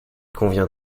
convient